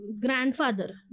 grandfather